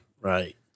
Right